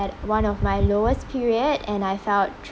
at one of my lowest period and I felt